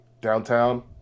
Downtown